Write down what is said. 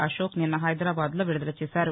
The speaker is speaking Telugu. అశోక్ నిన్న హైదరాబాద్ లో విడుదల చేశారు